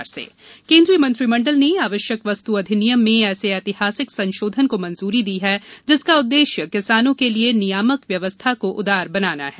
मंत्रिमंडल निर्णय केंद्रीय मंत्रिमंडल ने आवश्यक वस्तु अधिनियम में ऐसे ऐतिहासिक संशोधन को मंजूरी दी है जिसका उद्देश्य किसानों के लिए नियामक व्यवस्था को उदार बनाना है